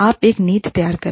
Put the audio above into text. आप एक नीति तैयार करे